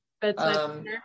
bedside